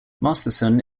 masterson